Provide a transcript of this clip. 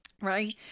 Right